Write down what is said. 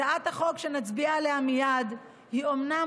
הצעת החוק שנצביע עליה מייד היא אומנם